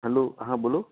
hello હા બોલો